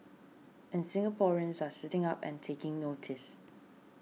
and Singaporeans are sitting up and taking notice